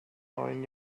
neuen